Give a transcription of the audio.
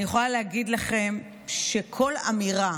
אני יכולה להגיד לכם שכל אמירה